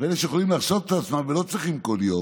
ואלה שיכולים להרשות לעצמם ולא צריכים כל יום,